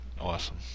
awesome